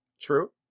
True